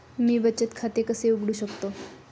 मी बचत खाते कसे उघडू शकतो?